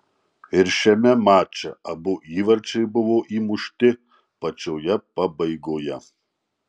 ir šiame mače abu įvarčiai buvo įmušti pačioje pabaigoje